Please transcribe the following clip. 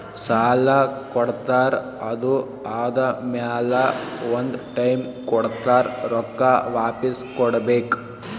ಸಾಲಾ ಕೊಡ್ತಾರ್ ಅದು ಆದಮ್ಯಾಲ ಒಂದ್ ಟೈಮ್ ಕೊಡ್ತಾರ್ ರೊಕ್ಕಾ ವಾಪಿಸ್ ಕೊಡ್ಬೇಕ್